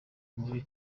mibi